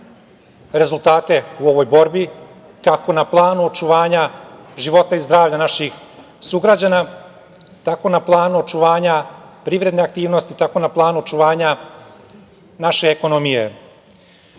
rezultate u ovoj borbi, kako na planu očuvanja života i zdravlja naših sugrađana, tako na planu očuvanja privredne aktivnosti, tako na planu očuvanja naše ekonomije. Upravo